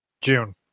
June